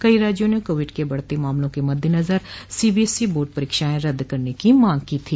कई राज्यों ने कोविड के बढते मामलों के मद्देनजर सीबीएसई बोर्ड परीक्षाएं रद्द करने की मांग की थी